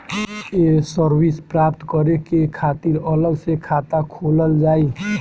ये सर्विस प्राप्त करे के खातिर अलग से खाता खोलल जाइ?